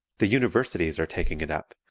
the universities are taking it up,